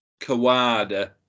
Kawada